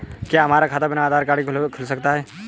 क्या हमारा खाता बिना आधार कार्ड के खुल सकता है?